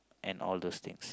and all those things